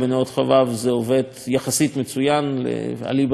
זה עובד יחסית מצוין אליבא דכל הדעות כמעט,